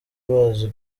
bazi